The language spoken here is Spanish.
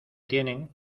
tienen